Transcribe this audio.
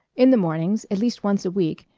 in the mornings, at least once a week,